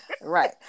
Right